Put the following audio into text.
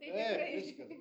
taip viskas